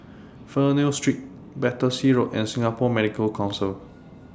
Fernvale Street Battersea Road and Singapore Medical Council